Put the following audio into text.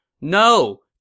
No